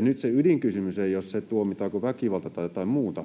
nyt se ydinkysymys ei ole se, tuomitaanko väkivalta tai jotain muuta,